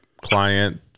client